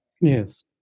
Yes